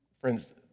Friends